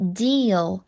deal